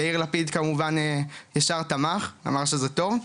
יאיר לפיד כמובן ישר תמך אמר שזה טוב,